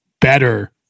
better